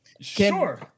Sure